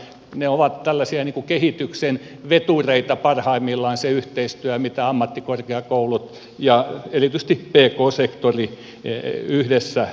ne ovat tällaisia kehityksen vetureita parhaimmillaan se yhteistyö mitä ammattikorkeakoulut ja erityisesti pk sektori yhdessä tekevät